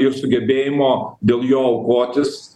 ir sugebėjimo dėl jo aukotis